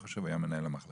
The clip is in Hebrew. והוא היה אז מנהל המחלקה,